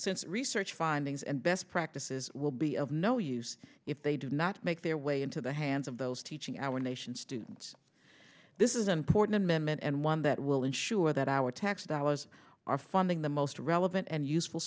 since research findings and best practices will be of no use if they do not make their way into the hands of those teaching our nation's students this is an important amendment and one that will ensure that our tax dollars are funding the most relevant and useful